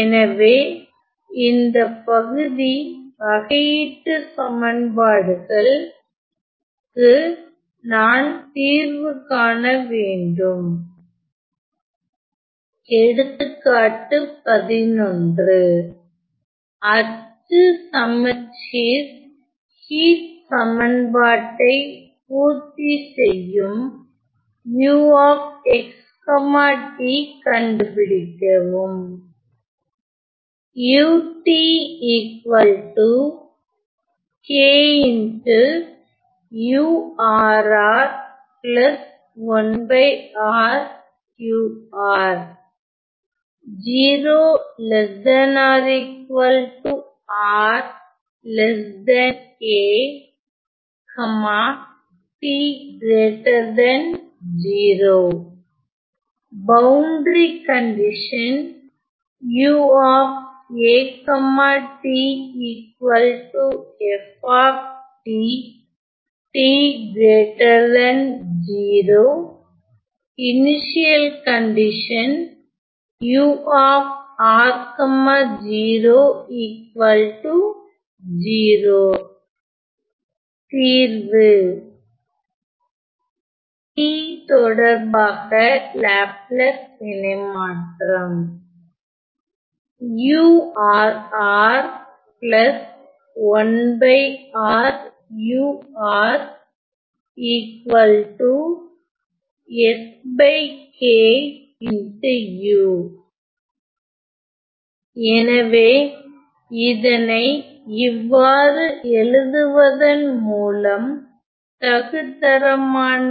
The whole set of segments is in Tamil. எனவே இந்த பகுதி வகையீட்டுச் சமன்பாடுகள் க்கு நான் தீர்வு காண வேண்டும் எடுத்துக்காட்டு 11 அச்சு சமச்சீர் ஹீட் சமன்பாட்டை பூர்த்தி செய்யும் uxt கண்டுபிடிக்கவும் தீர்வு t தொடர்பாக லாப்லாஸ் இணைமாற்றம் எனவே இதனை இவ்வாறு எழுதுவதன் மூலம் தகுதரமான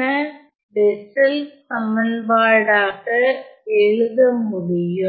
பெஸ்ஸல் சமன்பாடாக எழுத முடியும்